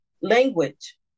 language